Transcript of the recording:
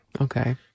Okay